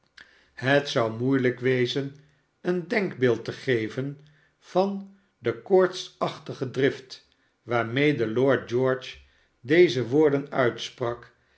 het zou moeielijk wezen een denkbeeld te geven van de koortsachtige drift waarmede lord george deze woorden uitsprak